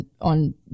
on